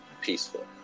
peaceful